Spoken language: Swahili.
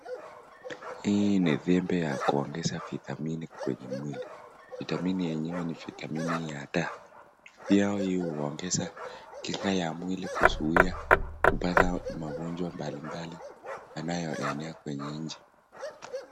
Hii ni vyembe ya kuongeza vitamini kwenye mwili. Vitamini yenyewe ni vitamini ya D. Pia hii huongeza kinga ya mwili kuzuia kupata magonjwa mbalimbali yanayoenea kwenye nchi.